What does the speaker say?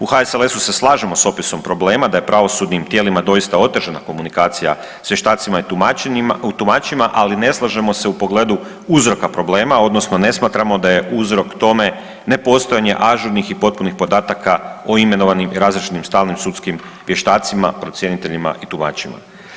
U HSLS-u se slažemo s opisom problema da je pravosudnim tijelima doista otežana komunikacija s vještacima i tumačima, ali ne slažemo se u pogledu uzroka problema, odnosno ne smatramo da je uzrok tome nepostojanje ažurnih i potpunih podataka o imenovanim i razriješenim stalnim sudskim vještacima, procjeniteljima i tumačima.